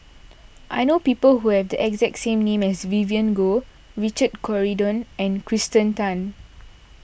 I know people who have the exact name as Vivien Goh Richard Corridon and Kirsten Tan